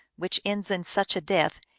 which ends in such a death,